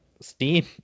Steam